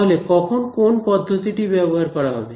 তাহলে কখন কোন পদ্ধতিটি ব্যবহার করা হবে